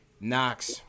Knox